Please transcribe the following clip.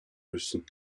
müssen